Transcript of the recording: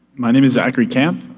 my name is zachary kemp.